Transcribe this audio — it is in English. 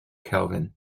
kelvin